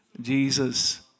Jesus